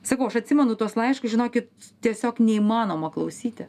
sakau aš atsimenu tuos laiškus žinokit tiesiog neįmanoma klausyti